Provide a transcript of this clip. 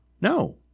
No